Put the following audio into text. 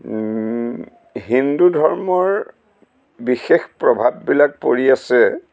হিন্দু ধৰ্মৰ বিশেষ প্ৰভাৱবিলাক পৰি আছে